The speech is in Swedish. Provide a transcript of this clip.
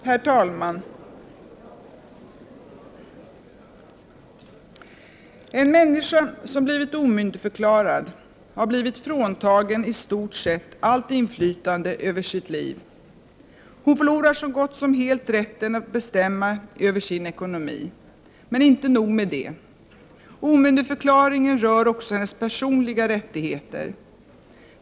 Herr talman! En människa som har blivit omyndigförklarad har blivit fråntagen i stort sett allt inflytande över sitt liv. Hon förlorar så gott som helt rätten att bestämma över sin ekonomi. Men inte nog med det: omyndigförklaringen rör också hennes personliga rättigheter.